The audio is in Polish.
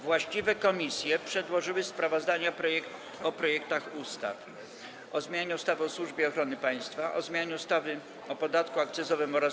Właściwe komisje przedłożyły sprawozdania o projektach ustaw: - o zmianie ustawy o Służbie Ochrony Państwa, - o zmianie ustawy o podatku akcyzowym oraz